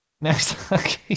Next